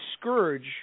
scourge